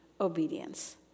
obedience